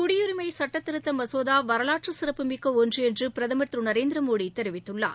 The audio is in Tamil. குடியுரிமை சட்ட திருத்த மசோதா வரலாற்று சிறப்புமிக்க ஒன்று என்று பிரதமர் திரு நரேந்திரமோடி தெரிவித்துள்ளார்